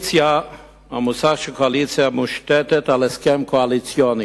המושג של קואליציה מושתת על הסכם קואליציוני.